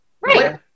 Right